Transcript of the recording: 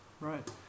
Right